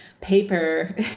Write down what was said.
paper